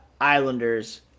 Islanders